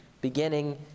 beginning